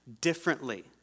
differently